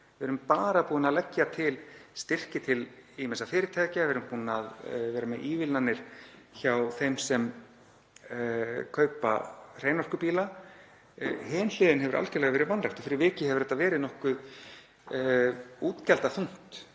við erum bara búin að leggja til styrki til ýmissa fyrirtækja, við erum búin að vera með ívilnanir hjá þeim sem kaupa hreinorkubíla. Hin hliðin hefur algerlega verið vanrækt og fyrir vikið hefur þetta verið nokkuð útgjaldaþungt